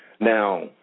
Now